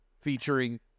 featuring